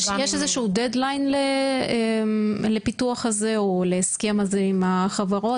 יש איזשהו deadline לפיתוח הזה או להסכם הזה עם החברות?